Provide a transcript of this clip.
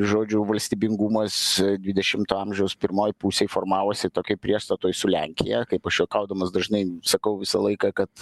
žodžiu valstybingumas dvidešimto amžiaus pirmoj pusėj formavosi tokioj priešstatoj su lenkija kaip aš juokaudamas dažnai sakau visą laiką kad